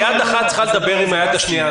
יד אחת צריכה לדבר עם היד השנייה.